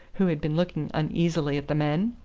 who had been looking uneasily at the men.